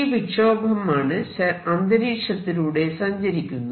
ഈ വിക്ഷോഭമാണ് അന്തരീക്ഷത്തിലൂടെ സഞ്ചരിക്കുന്നത്